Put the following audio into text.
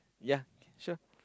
yeah sure